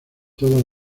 todo